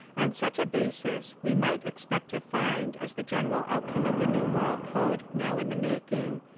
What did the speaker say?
on such a basis, we might expect to find, as the general outcome of the new moral code now in the making,